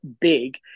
big